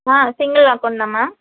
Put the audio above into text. ஆ single account தான் ma'am